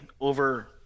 over